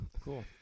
cool